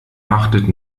achtet